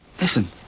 Listen